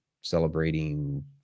celebrating